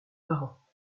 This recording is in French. parents